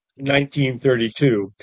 1932